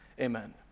amen